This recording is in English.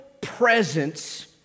presence